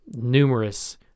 numerous